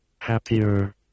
happier